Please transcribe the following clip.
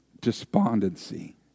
despondency